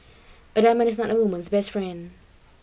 a diamond is not a woman's best friend